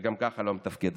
שגם ככה לא מתפקדת,